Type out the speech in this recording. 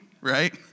Right